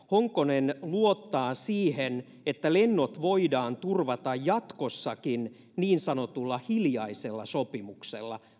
honkonen luottaa siihen että lennot voidaan turvata jatkossakin niin sanotulla hiljaisella sopimuksella